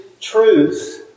truth